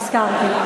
נזכרתי.